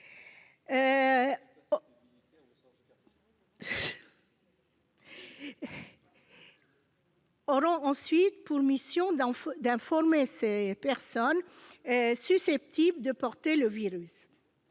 auront pour mission d'informer les personnes susceptibles de porter le virus.